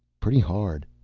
pretty hard.